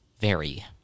vary